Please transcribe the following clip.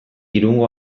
irungo